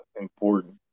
important